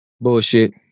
Bullshit